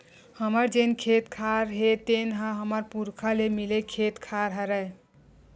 हमर जेन खेत खार हे तेन ह हमर पुरखा ले मिले खेत खार हरय